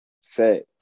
set